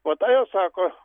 o tai jos sako